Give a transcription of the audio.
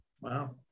Wow